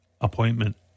appointment